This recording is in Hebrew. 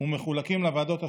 ומחולקים לוועדות השונות.